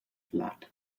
flat